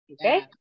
okay